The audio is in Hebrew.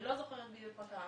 אני לא זוכרת בדיוק מה קרה.